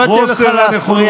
אני לא אתן לך להפריע.